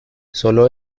sólo